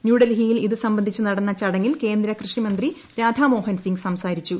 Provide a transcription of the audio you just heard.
ന്യൂഡൽഹിയിൽ ഇത് സംബന്ധിച്ച് നടന്ന ചടങ്ങിൽ കേന്ദ്രകൃഷി മന്ത്രി രാധാമോഹൻ സിംഗ് സംസാരിച്ചു